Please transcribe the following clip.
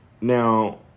Now